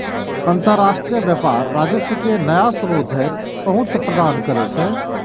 अंतरराष्ट्रीय व्यापार राजस्व के नया स्रोत धरि पहुंच प्रदान करै छै